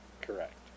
Correct